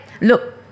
Look